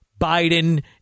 Biden